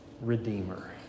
Redeemer